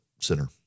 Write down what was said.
Center